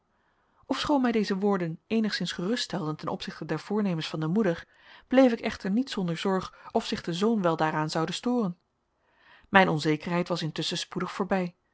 ofschoon mij deze woorden eenigszins geruststelden ten opzichte der voornemens van de moeder bleef ik echter niet zonder zorg of zich de zoon wel daaraan zoude storen mijn onzekerheid was intusschen spoedig voorbij